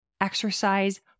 exercise